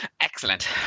Excellent